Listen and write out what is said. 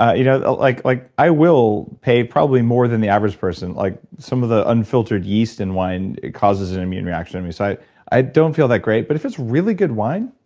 you know like like i will pay probably more than the average person. like some of the unfiltered yeast in wine causes an immune reaction in me, so i don't feel that great, but if it's really good wine,